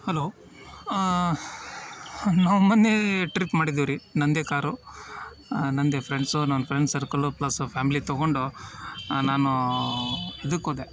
hello ನಾವು ಮೊನ್ನೆ trip ಮಾಡಿದೆವ್ರಿ ನನ್ನದೇ ಕಾರು ನನ್ನದೇ ಫ್ರೆಂಡ್ಸು ನನ್ನ ಫ್ರೆಂಡ್ ಸರ್ಕಲ್ಲು ಪ್ಲಸ್ಸು ಫ್ಯಾಮಿಲಿ ತೊಗೊಂಡು ನಾನು ಇದಕ್ಕೆ ಹೋದೆ